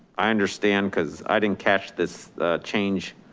i understand cause i didn't catch this change.